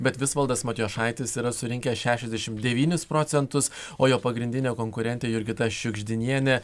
bet visvaldas matijošaitis yra surinkęs šešiasdešimt devynis procentus o jo pagrindinė konkurentė jurgita šiugždinienė